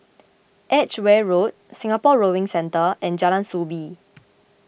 Edgeware Road Singapore Rowing Centre and Jalan Soo Bee